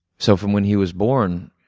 so, from when he was born,